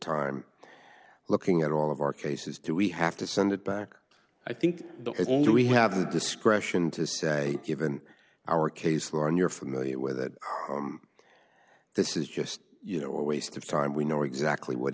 time looking at all of our cases do we have to send it back i think it's all we have the discretion to say given our case for an you're familiar with that this is just you know a waste of time we know exactly what